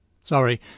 Sorry